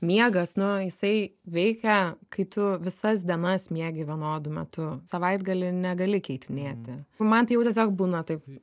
miegas nu jisai veikia kai tu visas dienas miegi vienodu metu savaitgalį negali keitinėti nu man tai jau tiesiog būna taip